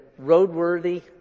roadworthy